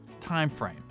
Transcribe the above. timeframe